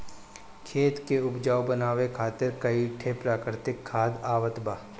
खेत के उपजाऊ बनावे खातिर कई ठे प्राकृतिक खाद आवत बा